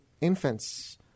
infants